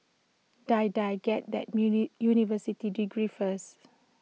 Die Die get that university degree first